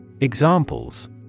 Examples